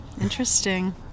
interesting